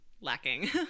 lacking